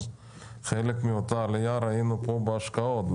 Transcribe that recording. חלק מאותה עלייה ראינו פה בהשקעות.